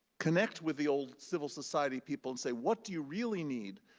connect with the old civil society people and say, what do you really need?